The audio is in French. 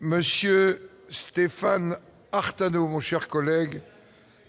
Monsieur ce que les fans Artano mon cher collègue,